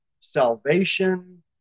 salvation